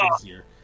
easier